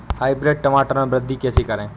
Hybrid टमाटर में वृद्धि कैसे करें?